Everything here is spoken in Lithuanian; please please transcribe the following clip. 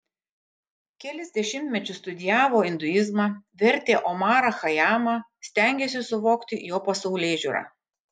kelis dešimtmečius studijavo induizmą vertė omarą chajamą stengėsi suvokti jo pasaulėžiūrą